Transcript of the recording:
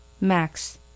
Max